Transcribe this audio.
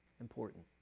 important